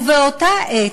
ובאותה העת,